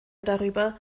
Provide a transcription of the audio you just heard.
darüber